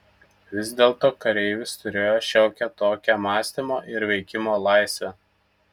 vis dėlto kareivis turėjo šiokią tokią mąstymo ir veikimo laisvę